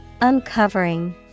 uncovering